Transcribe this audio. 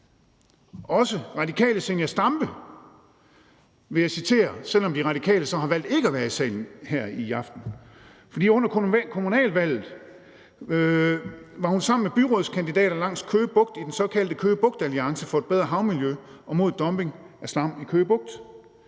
Også Radikales fru Zenia Stampe vil jeg citere, selv om De Radikale så har valgt ikke at være i salen her i aften, for under kommunalvalget var hun sammen med byrådskandidaterne langs Køge Bugt i den såkaldte Køge Bugt-alliance for et bedre havmiljø og mod dumping af slam i Køge Bugt.